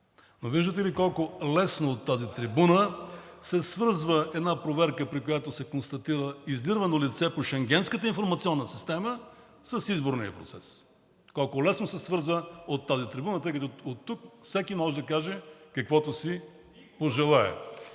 виждате ли колко лесно от тази трибуна се свързва една проверка, при която се констатира издирвано лице по Шенгенската информационна система, с изборния процес – колко лесно се свързва от тази трибуна, тъй като оттук всеки може да каже каквото си пожелае.